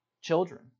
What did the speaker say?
children